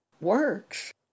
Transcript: works